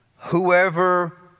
whoever